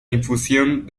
infusión